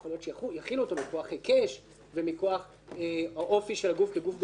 שיחילו אותו מכוח היקש או אופי הגוף כגוף דו-מהותי,